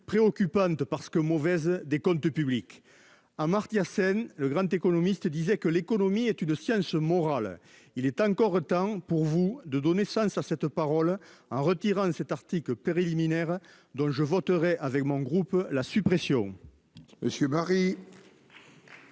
préoccupante parce que mauvaise des comptes publics. Amartya Sen, le grand économistes disaient que l'économie est une science morale. Il est encore temps pour vous de donner sens à cette parole hein retirant 7 Arctique péri liminaire dont je voterai avec mon groupe, la suppression. Monsieur Marie.